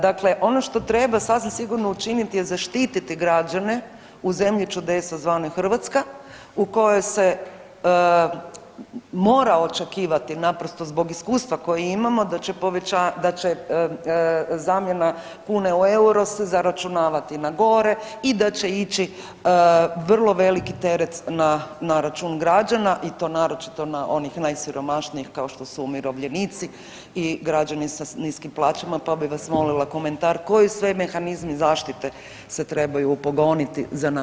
Dakle, ono što treba sasvim sigurno učiniti je zaštiti građane u zemlji čudesa zvanoj Hrvatska u kojoj se mora očekivati naprosto zbog iskustva koje imamo da će povećanje, da će zamjena kune u euro se zaračunavati na gore i da će ići vrlo veliki teret na račun građana i to naročito na onih najsiromašnijih kao što su umirovljenici i građani sa niskim plaćama pa bih vas molila komentar koji sve mehanizmi zaštite se trebaju upogoniti za naše građana.